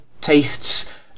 tastes